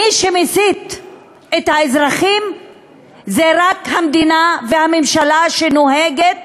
מי שמסית את האזרחים זה רק המדינה והממשלה שנוהגת